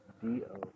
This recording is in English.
d-o